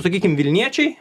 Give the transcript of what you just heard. sakykim vilniečiai